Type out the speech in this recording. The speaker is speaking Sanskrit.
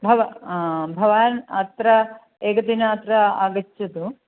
भव भवान् अत्र एकं दिनम् अत्र आगच्छतु